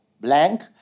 blank